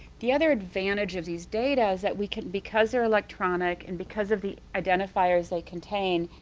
the other advantage of these data is that we can because they're electronic and because of the identifiers they contain,